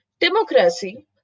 democracy